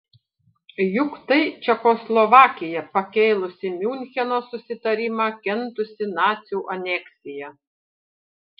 juk tai čekoslovakija pakėlusi miuncheno susitarimą kentusi nacių aneksiją